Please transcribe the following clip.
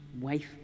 wife